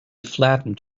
flattened